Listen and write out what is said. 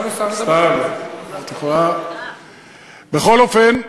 בכל אופן,